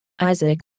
Isaac